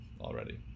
already